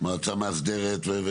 מועצה מאסדרת.